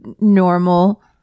normal